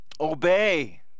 obey